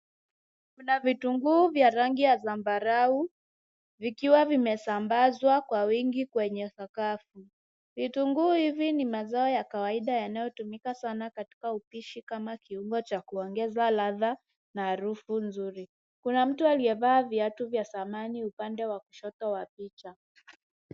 Mna vitunguu vya rangi ya zambarau vikiwa vimesambazwa kwa wingi kwenye sakafu. Vitunguu hivi ni mazao ya kawaida yanayotumika sana katika upishi kama kiungo cha kuongeza ladha na harufu nzuri. Kuna mtu aliyevaa viatu vya thamani upande wa kushoto wa picha.